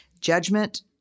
judgment